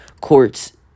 courts